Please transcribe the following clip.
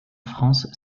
france